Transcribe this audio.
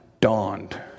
dawned